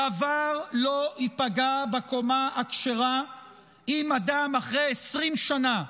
דבר לא ייפגע בקומה הכשרה אם אדם אחרי 20 שנה,